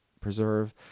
preserve